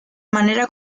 manera